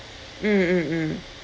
mm mm mm